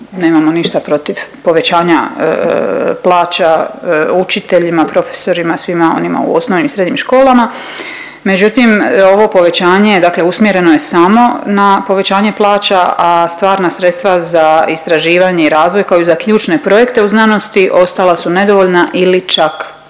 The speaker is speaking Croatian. Nemamo ništa protiv povećanja plaća učiteljima, profesorima, svima onima u osnovnim i srednjim školama. Međutim, ovo povećanje, dakle usmjereno je samo na povećanje plaća, a stvarna sredstva za istraživanje i razvoj kao i za ključne projekte u znanosti ostala su nedovoljna ili čak